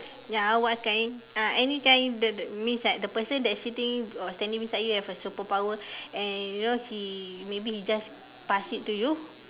ya what kind uh any kind the means that the person that's sitting or standing beside you have a superpower and you know he maybe he just pass it to you